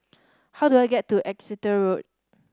how do I get to Exeter Road